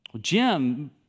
Jim